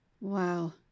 Wow